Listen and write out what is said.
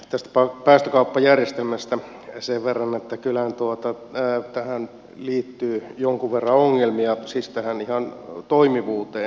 tästä päästökauppajärjestelmästä sen verran että kyllähän tähän liittyy jonkun verran ongelmia siis ihan tähän toimivuuteen